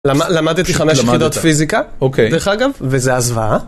למדתי חמש יחידות פיזיקה, דרך אגב, וזה היה זוועה